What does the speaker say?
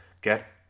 get